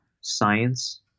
science